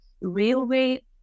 railway